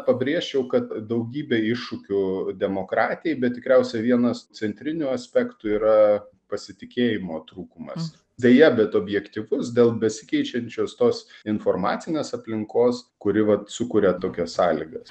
pabrėžčiau kad daugybė iššūkių demokratijai bet tikriausia vienas centrinių aspektų yra pasitikėjimo trūkumas deja bet objektyvus dėl besikeičiančios tos informacinės aplinkos kuri vat sukuria tokias sąlygas